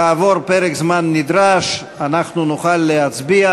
כעבור פרק זמן נדרש אנחנו נוכל להצביע.